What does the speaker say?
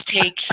take